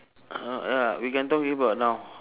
uh ya we can talk it about now